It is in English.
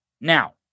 Now